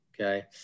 okay